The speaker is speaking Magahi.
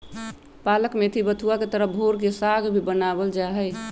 पालक मेथी बथुआ के तरह भोर के साग भी बनावल जाहई